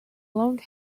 long